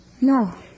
No